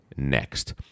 next